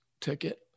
ticket